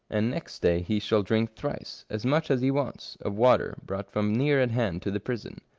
and next day he shall drink thrice, as much as he wants, of water brought from near at hand to the prison,